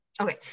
okay